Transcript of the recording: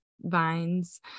vines